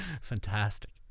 fantastic